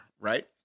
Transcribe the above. right